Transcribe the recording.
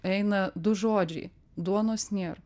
eina du žodžiai duonos nėr